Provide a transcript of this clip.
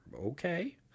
okay